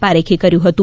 પારેખે કર્યું હતું